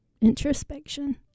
introspection